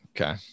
Okay